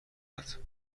داد